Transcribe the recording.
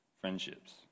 friendships